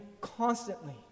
constantly